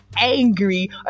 angry